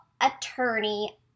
attorney